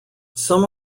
some